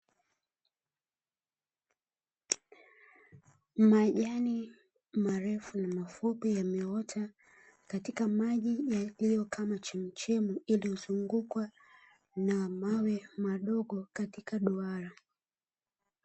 Majani marefu na mafupi yameota katika maji yaliyo kama chemchem iliyozungukwa na mawe madogo katika duara.